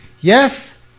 Yes